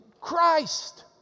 Christ